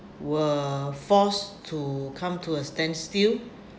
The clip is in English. were forced to come to a standstill